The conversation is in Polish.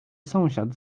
sąsiad